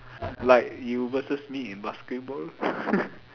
like you versus me in basketball